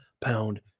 pound